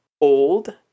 old